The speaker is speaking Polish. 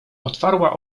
otwarła